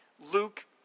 Luke